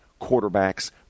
quarterbacks